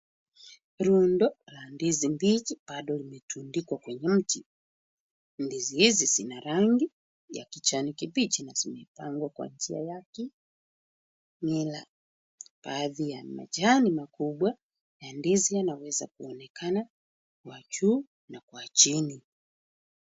Rundo la ndizi mbichi bado limetundikwa kwenye mti. Ndizi hizi zina rangi ya kijani kibichi na zimepangwa kwa njia yake. Baadhi ya majani makubwa ya ndizi yanaweza kuonekana kwa juu na kwa chini.